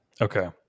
Okay